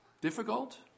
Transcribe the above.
Difficult